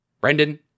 Brendan